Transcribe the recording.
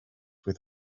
with